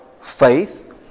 faith